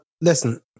listen